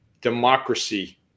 democracy